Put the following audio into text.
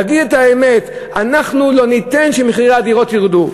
נגיד את האמת: אנחנו לא ניתן שמחירי הדירות ירדו.